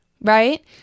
right